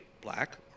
black